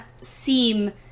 seem